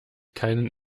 keinen